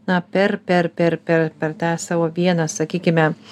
na per per per per per tą savo vieną sakykime